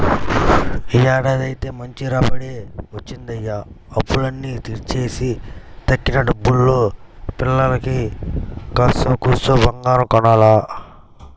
యీ ఏడాదైతే మంచి రాబడే వచ్చిందయ్య, అప్పులన్నీ తీర్చేసి తక్కిన డబ్బుల్తో పిల్లకి కాత్తో కూత్తో బంగారం కొనాల